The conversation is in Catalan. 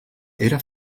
era